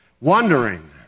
Wondering